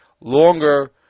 longer